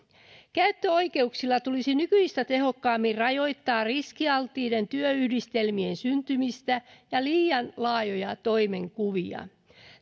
käyttöoikeuksilla tulisi nykyistä tehokkaammin rajoittaa riskialttiiden työyhdistelmien syntymistä ja liian laajoja toimenkuvia